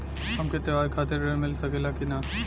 हमके त्योहार खातिर त्रण मिल सकला कि ना?